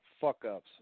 fuck-ups